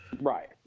right